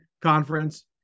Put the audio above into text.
conference